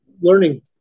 learning